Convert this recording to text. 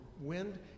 wind